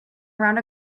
around